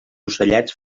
ocellets